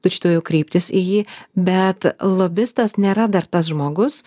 tučtuojau kreiptis į jį bet lobistas nėra dar tas žmogus